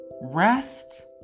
Rest